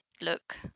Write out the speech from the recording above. look